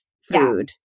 food